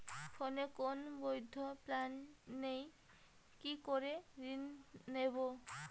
ফোনে কোন বৈধ প্ল্যান নেই কি করে ঋণ নেব?